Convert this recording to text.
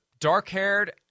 dark-haired